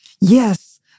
Yes